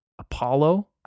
Apollo